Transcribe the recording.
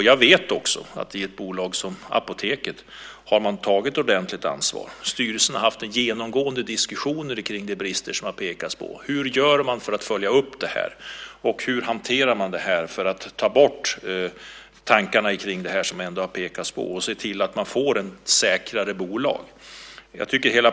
Jag vet att man i ett bolag som Apoteket har tagit ett ordentligt ansvar. Styrelsen har haft ingående diskussioner kring de brister som påpekats. Hur gör man för att följa upp detta, hur hanterar man det för att få bort tankarna kring dessa påpekanden och hur får man ett säkrare bolag?